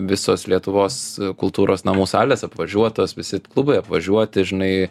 visos lietuvos kultūros namų salės apvažiuotos visi klubai apvažiuoti žinai